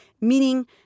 meaning